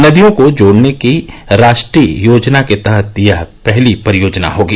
नदियों को जोड़ने की राष्ट्रीय योजना के तहत यह पहली परियोजना होगी